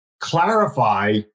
clarify